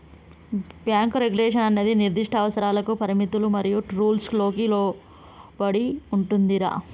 bank regulation అన్నది నిర్దిష్ట అవసరాలకి పరిమితులు మరియు రూల్స్ కి లోబడి ఉంటుందిరా